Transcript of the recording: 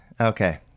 Okay